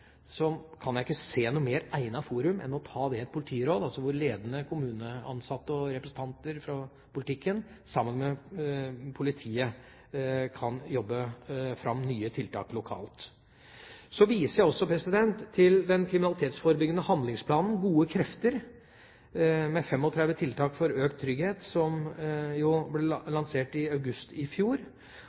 Så viser jeg også til den kriminalitetsforebyggende handlingsplanen Gode krefter, med 35 tiltak for økt trygghet, som ble lansert i august i fjor.